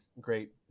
great